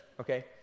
okay